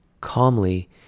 Calmly